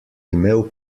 imel